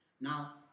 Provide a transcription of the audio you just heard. Now